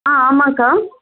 ஆ ஆமாக்கா